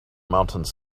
mountains